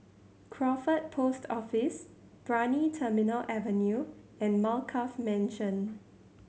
Crawford Post Office Brani Terminal Avenue and Alkaff Mansion